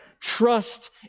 trust